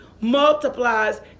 multiplies